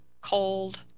cold